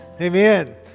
Amen